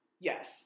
Yes